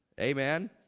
Amen